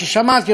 אדוני השר,